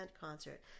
concert